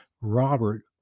Robert